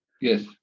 Yes